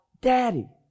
daddy